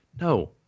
no